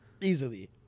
easily